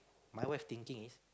my wife thinking is